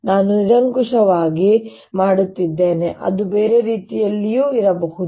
ನಾನು ನಿರಂಕುಶವಾಗಿ ಮಾಡುತ್ತಿದ್ದೇನೆ ಅದು ಬೇರೆ ರೀತಿಯಲ್ಲಿರಬಹುದು